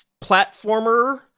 platformer